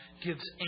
gives